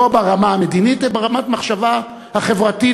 לא ברמה המדינית אלא ברמת המחשבה החברתית,